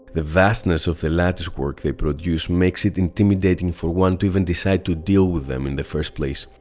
the vastness of the latticework they produce makes it intimidating for one to even decide to deal with them in the first place.